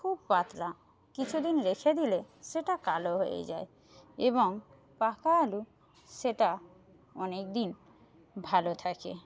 খুব পাতলা কিছুদিন রেখে দিলে সেটা কালো হয়ে যায় এবং পাকা আলু সেটা অনেকদিন ভালো থাকে